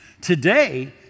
Today